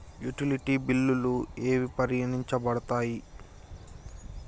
Utility బిల్లులు ఏవి పరిగణించబడతాయి?